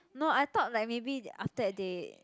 no I thought like maybe after that they